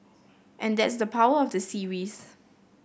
and that's the power of the series